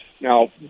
Now